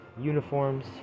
uniforms